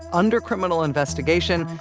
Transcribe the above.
under criminal investigation.